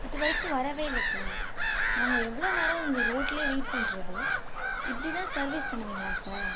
இது வரைக்கும் வரவே இல்லை சார் நாங்கள் எவ்வளோ நேரம் அங்கே ரோட்டில் வெயிட் பண்ணுறது இப்படி தான் சர்வீஸ் பண்ணுவிங்களா சார்